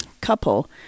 couple